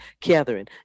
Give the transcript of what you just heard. Catherine